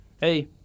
hey